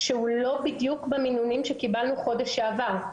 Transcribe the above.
שהוא לא בדיוק במינונים שקיבלנו בחודש שעבר.